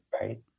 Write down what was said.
right